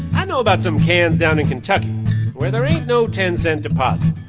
i know about some cans down in kentucky where there ain't no ten cent deposit.